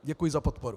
Děkuji za podporu.